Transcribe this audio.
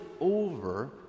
over